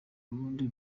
urundi